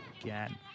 Again